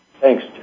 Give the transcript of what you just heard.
Thanks